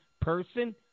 person